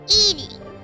eating